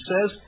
says